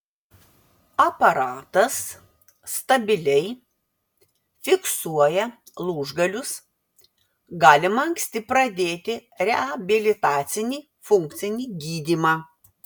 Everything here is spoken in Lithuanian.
aparatas stabiliai fiksuoja lūžgalius galima anksti pradėti reabilitacinį funkcinį gydymą